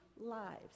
lives